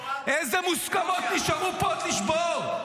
איזה מוסכמות נשארו פה עוד לשבור?